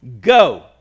Go